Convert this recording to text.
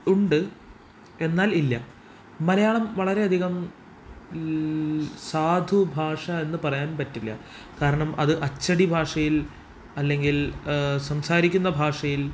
ഉണ്ട് എന്നാൽ ഇല്ല മലയാളം വളരെയധികം ഇല് സാധു ഭാഷ എന്നു പറയാൻ പറ്റില്ല കാരണം അത് അച്ചടി ഭാഷയിൽ അല്ലെങ്കിൽ സംസാരിക്കുന്ന ഭാഷയിൽ